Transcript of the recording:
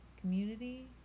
Community